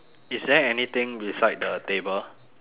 is there anything beside the table